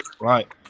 Right